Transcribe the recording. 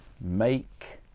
make